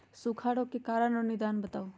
सूखा रोग के कारण और निदान बताऊ?